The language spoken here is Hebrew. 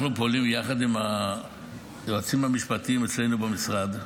אנחנו פועלים יחד עם היועצים המשפטיים אצלנו במשרד.